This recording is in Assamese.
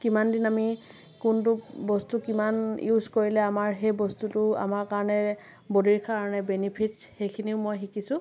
কিমানদিন আমি কোনটো বস্তু কিমান ইউচ কৰিলে আমাৰ সেই বস্তুটো আমাৰ কাৰণে বডীৰ কাৰণে বেনীফিটচ সেইখিনিও মই শিকিছোঁ